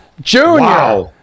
junior